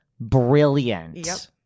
brilliant